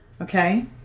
Okay